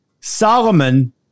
Solomon